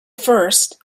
first